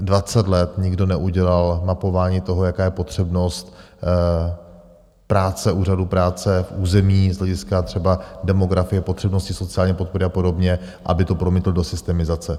Dvacet let nikdo neudělal mapování toho, jaká je potřebnost úřadu práce v území z hlediska třeba demografie, potřebnosti sociální podpory a podobně, aby to promítl do systemizace.